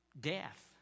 Death